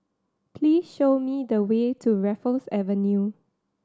please show me the way to Raffles Avenue